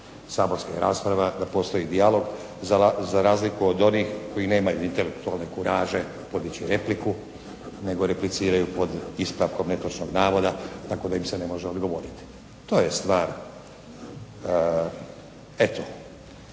saborskih rasprava, da postoji dijalog, za razliku od onih koji nemaju intelektualne kuraže podići repliku, nego repliciraju pod ispravkom netočnog navoda, tako da im se ne može odgovoriti. To je stvar eto